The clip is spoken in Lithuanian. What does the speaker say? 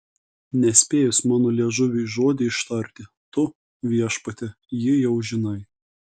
nespėjus mano liežuviui žodį ištarti tu viešpatie jį jau žinai